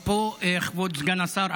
כבוד סגן השר,